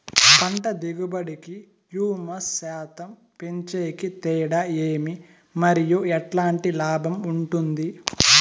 పంట దిగుబడి కి, హ్యూమస్ శాతం పెంచేకి తేడా ఏమి? మరియు ఎట్లాంటి లాభం ఉంటుంది?